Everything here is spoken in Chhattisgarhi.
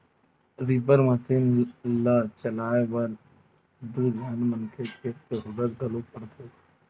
रीपर मसीन ल चलाए बर दू झन मनखे के जरूरत घलोक परथे